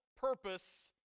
purpose